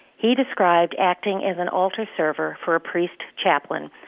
he described acting as an altar server for a priest chaplain,